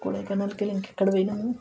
కొడైకెనాల్ వెళ్ళి ఇంకా ఎక్కడ పోయినాము